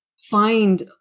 find